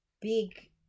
big